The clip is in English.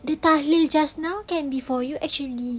the macam tadi just now can be for you actually